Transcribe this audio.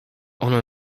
ono